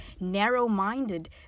narrow-minded